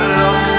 look